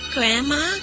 Grandma